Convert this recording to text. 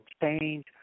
change